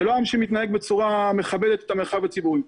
זה לא עם שמתנהג בצורה מכבדת את המרחב הציבורי.